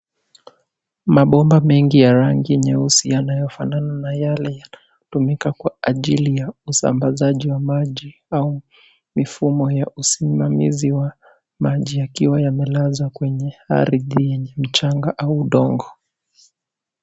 Mabomba mengi ya rangi nyeusi yanayofanana na yale yanatumika kwa ajili ya usambazaji wa maji au mifumo ya usimamizi wa maji yakiwa yamelazwa kwenye ardhi yenye mchanga au udongo.